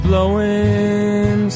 Blowing